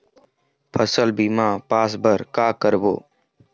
फसल बीमा पास बर का करबो?